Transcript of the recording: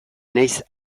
naiz